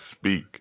speak